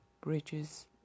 bridges